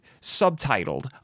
subtitled